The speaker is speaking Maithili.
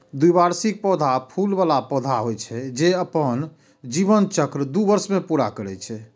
द्विवार्षिक पौधा फूल बला पौधा होइ छै, जे अपन जीवन चक्र दू वर्ष मे पूरा करै छै